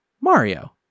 Mario